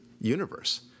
universe